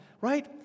right